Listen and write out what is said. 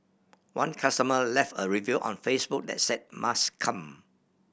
one customer left a review on Facebook that said must come